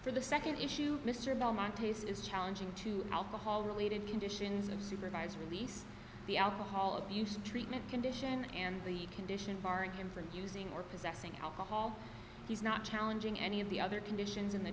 for the nd issue mr belmont taste is challenging to alcohol related conditions of supervised release the alcohol abuse treatment condition and the condition barring him from using or possessing alcohol he's not challenging any of the other conditions in the